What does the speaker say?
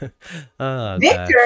Victor